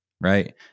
right